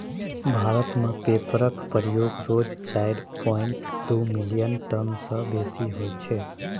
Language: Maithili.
भारत मे पेपरक प्रयोग रोज चारि पांइट दु मिलियन टन सँ बेसी होइ छै